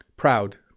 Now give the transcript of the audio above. Proud